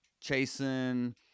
chasing